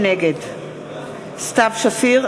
נגד סתיו שפיר,